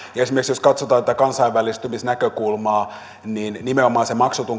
esimerkiksi jos katsotaan tätä kansainvälistymisnäkökulmaa niin nimenomaan se maksuton